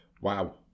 Wow